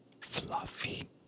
fluffy